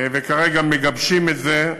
וכרגע מגבשים את זה.